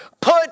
Put